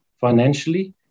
financially